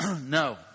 no